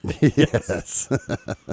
Yes